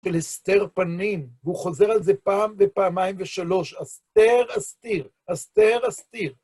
ולהסתר פנים, והוא חוזר על זה פעם ופעמיים ושלוש, אסתר אסתיר, אסתר אסתיר.